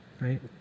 right